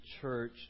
church